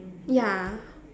ya